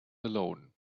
alone